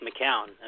McCown